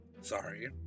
Sorry